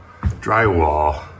drywall